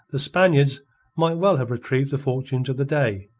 the spaniards might well have retrieved the fortunes of the day.